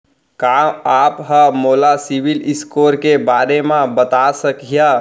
का आप हा मोला सिविल स्कोर के बारे मा बता सकिहा?